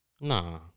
Nah